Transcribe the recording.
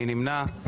מי נמנע?